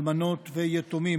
אלמנות ויתומים.